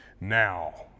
Now